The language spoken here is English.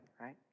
right